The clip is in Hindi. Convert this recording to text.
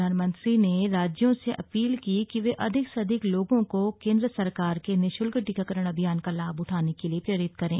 प्रधानमंत्री ने राज्यों से अपील की कि वे अधिक से अधिक लोगों को केन्द्र सरकार के निरूशुल्क टीकाकरण अभियान का लाभ उठाने के लिए प्रेरित करें